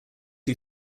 who